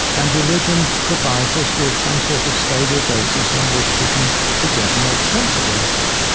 and religion provides us with some sort of stable basis on which we can begin to make sense of all of that.